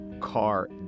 car